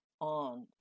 on